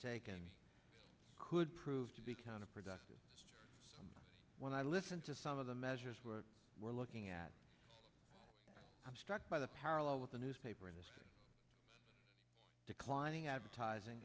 undertaken could prove to be counterproductive and when i listen to some of the measures we're we're looking at i'm struck by the parallel with the newspaper industry declining advertising